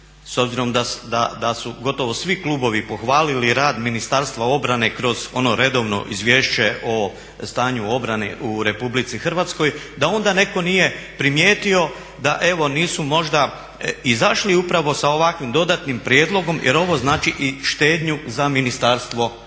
s obzirom da su gotovo svi klubovi pohvalili rad Ministarstva obrane kroz ono redovno Izvješće o stanju u obrani u Republici Hrvatskoj da onda netko nije primijetio da evo nisu možda izašli upravo sa ovakvim dodatnim prijedlogom jer ovo znači i štednju za Ministarstvo obrane.